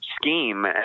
scheme